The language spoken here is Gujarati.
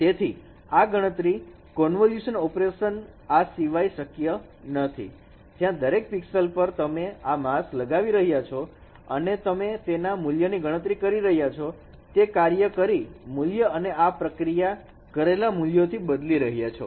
તેથી આ ગણતરી convulsion ઓપરેશન આ સિવાય શક્ય નથી જ્યાં દરેક pixel પર તમે આ માસ્ક લગાવી રહ્યા છો અને તમે તેના મૂલ્યની ગણતરી કરી રહ્યા છો તે કાર્ય કરી મૂલ્ય અને આ પ્રક્રિયા કરેલા મૂલ્યો થી બદલી રહ્યા છો